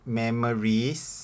memories